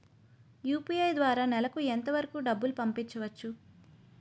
UPI ద్వారా నెలకు ఎంత వరకూ డబ్బులు పంపించవచ్చు?